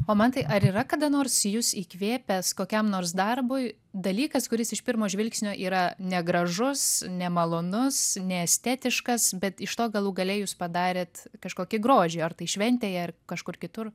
o mantai ar yra kada nors jus įkvėpęs kokiam nors darbui dalykas kuris iš pirmo žvilgsnio yra negražus nemalonus neestetiškas bet iš to galų gale jūs padarėt kažkokį grožį ar tai šventėje ar kažkur kitur